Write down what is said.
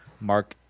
Mark